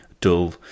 dull